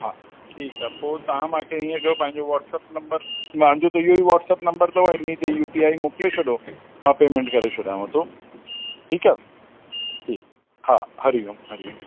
हा ठीकु आहे पोइ तव्हां मूंखे ईअं कयो पंहिंजो वॉट्सप नम्बर मुंहिंजो त इहो ई वॉट्सप नम्बर अथव इन ते यूपीआई मोकिले छॾो मां पेमेंट करे छॾियांव थो ठीकु आहे ठीकु हा हरिओम हरिओम